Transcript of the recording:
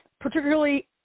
particularly